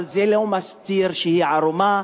אבל זה לא מסתיר שהיא ערומה,